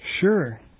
sure